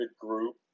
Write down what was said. group